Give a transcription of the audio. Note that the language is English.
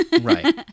Right